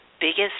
biggest